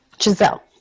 Giselle